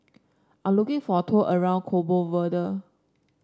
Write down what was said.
I'm looking for a tour around Cabo Verde